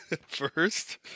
First